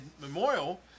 Memorial